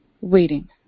Waiting